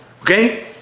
okay